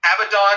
Abaddon